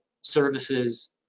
services